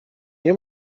nie